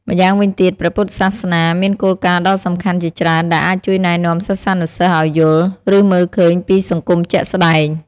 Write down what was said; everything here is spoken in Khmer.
ម្យ៉ាងវិញទៀត ព្រះពុទ្ធសាសនាមានគោលការណ៍ដ៏សំខាន់ជាច្រើនដែលអាចជួយណែនាំសិស្សានុសិស្សឲ្យយល់ ឬមើលឃើញពីសង្គមជាក់ស្ដែង។